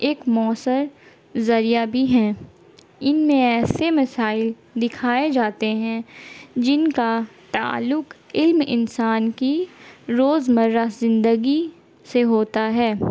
ایک مؤثر ذریعہ بھی ہیں ان میں ایسے مسائل دکھائے جاتے ہیں جن کا تعلق علم انسان کی روز مرہ زندگی سے ہوتا ہے